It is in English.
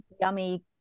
yummy